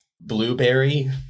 Blueberry